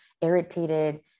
irritated